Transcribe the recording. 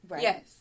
Yes